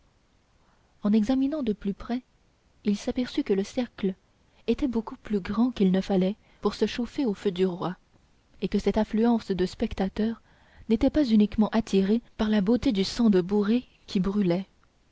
en examinant de plus près il s'aperçut que le cercle était beaucoup plus grand qu'il ne fallait pour se chauffer au feu du roi et que cette affluence de spectateurs n'était pas uniquement attirée par la beauté du cent de bourrées qui brûlait